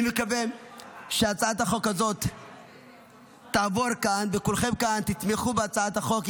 אני מקווה שהצעת החוק הזאת תעבור כאן וכולכם כאן תתמכו בהצעת החוק.